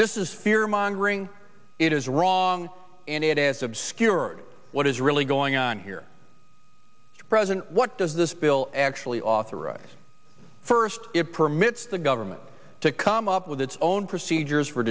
this is fear mongering it is wrong and it has obscured what is really going on here present what does this bill actually authorize first it permits the government to come up with its own procedures